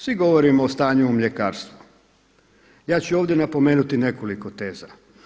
Svi govorimo o stanju u mljekarstvu, ja ću ovdje napomenuti nekoliko teza.